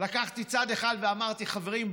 לקחתי צעד אחד ואמרתי: חברים,